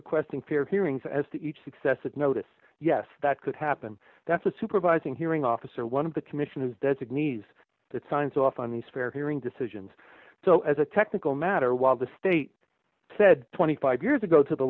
requesting fair hearings as to each successive notice yes that could happen that's a supervising hearing officer one of the commissioners designees that signs off on these fair hearing decisions so as a technical matter while the state said twenty five years ago to the